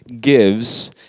gives